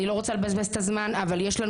אני לא רוצה לבזבז את הזמן אבל יש לנו